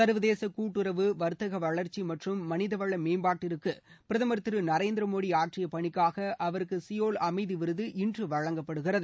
சர்வதேச கூட்டுறவு வர்த்தக வளர்ச்சி மற்றும் மனிதவள மேம்பாட்டிற்கு பிரதமர் திரு நரேந்திர மோடி ஆற்றிய பணிக்காக அவருக்கு சியோல் அமைதி விருது இன்று வழங்கப்படுகிறது